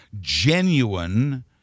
genuine